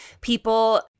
people